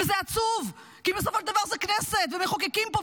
וזה עצוב, כי בסופו של דבר זו כנסת ומחוקקים פה.